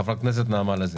חברת הכנסת נעמה לזימי.